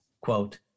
Quote